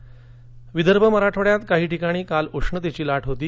उष्णता लाट विदर्भ मराठवाड्यात काही ठिकाणी काल उष्णतेची लाट होती